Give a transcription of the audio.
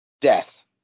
Death